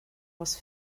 was